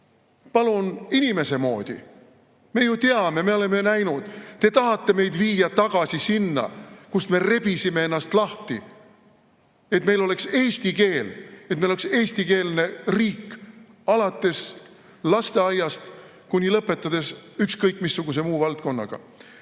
Palun inimese moodi! Me ju teame, me oleme näinud. Te tahate meid viia tagasi sinna, kust me rebisime ennast lahti, et meil oleks eesti keel, et meil oleks eestikeelne riik alates lasteaiast kuni lõpetades ükskõik missuguse muu valdkonnaga.